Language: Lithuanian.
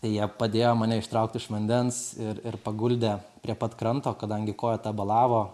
tai jie padėjo mane ištraukt iš vandens ir ir paguldė prie pat kranto kadangi koja tabalavo